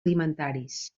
alimentaris